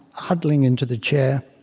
huddling into the chair.